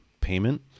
payment